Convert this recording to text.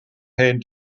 hen